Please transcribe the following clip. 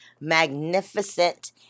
magnificent